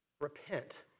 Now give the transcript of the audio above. repent